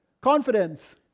Confidence